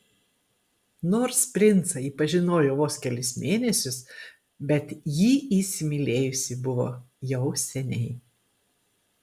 nors princą ji pažinojo vos kelis mėnesius bet jį įsimylėjusi buvo jau seniai